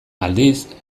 aldiz